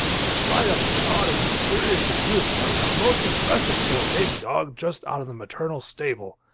the sight of a god as mysterious as you are was most impressive to a baby-dog just out of the maternal stable.